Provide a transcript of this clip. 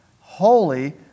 holy